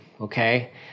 okay